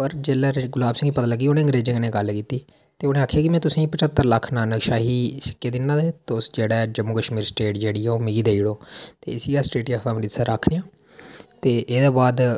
पर जेल्लै महाराजा गुलाब सिंह गी पता लग्गी उ'नें अंग्रेजें कन्नै गल्ल कीती ते उ'नें आक्खेआ की में तुसेंगी पंज्हत्तर लक्ख नानकशाही सिक्के दिन्ना ते तुस जेह्ड़ा जम्मू कशमीर स्टेट जेह्ड़ी ओह् मिगी देई ओड़ो ते इसी अस स्टेट गी अमृतसर आक्खने आं ते एह्दे बाद